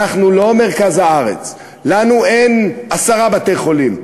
אנחנו לא מרכז הארץ, לנו אין עשרה בתי-חולים.